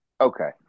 Okay